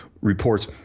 reports